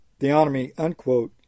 Theonomy